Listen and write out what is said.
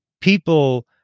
people